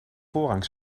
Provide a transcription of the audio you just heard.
voorrang